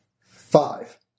Five